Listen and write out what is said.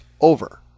over